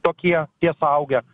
tokie tie suaugę